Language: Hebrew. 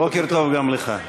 בוקר טוב גם לך.